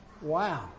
Wow